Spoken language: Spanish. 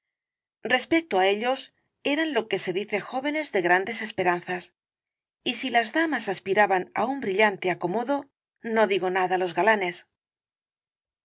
respecto á ellos eran lo que se dice jóvenes de grandes esperanzas y si las damas aspiraban á un brillante acomodo no digo nada los galanes